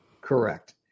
Correct